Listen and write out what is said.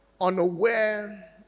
unaware